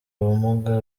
ubumuga